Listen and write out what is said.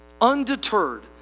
undeterred